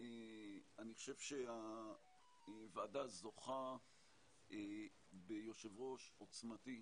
אני חושב שהוועדה זוכה ביושב-ראש עוצמתי.